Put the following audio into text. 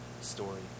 story